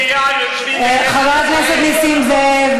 בני-בליעל יושבים בכנסת ישראל.